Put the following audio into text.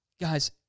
Guys—